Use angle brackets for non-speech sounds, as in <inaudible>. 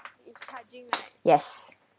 <noise> yes